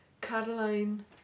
Caroline